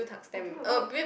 I don't know why would